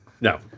No